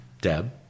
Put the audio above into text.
Deb